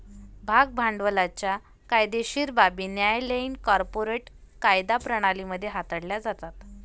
भाग भांडवलाच्या कायदेशीर बाबी न्यायालयीन कॉर्पोरेट कायदा प्रणाली मध्ये हाताळल्या जातात